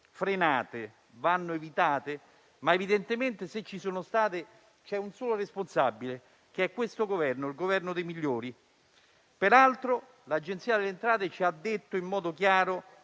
frenate, evitate, ma evidentemente, se ci sono state, c'è un solo responsabile: questo Governo, il Governo dei migliori. Peraltro, l'Agenzia delle entrate ha parlato in modo chiaro